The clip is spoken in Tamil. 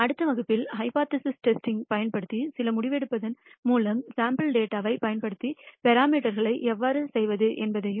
அடுத்த வகுப்பில் ஹைபோதேசிஸ் டெஸ்டிங் பயன்படுத்தி சில முடிவெடுப்பதன் மூலமும் சாம்பிள் டேட்டாவை பயன்படுத்தி பராமீட்டர்களை எவ்வாறு செய்வது என்பதையும்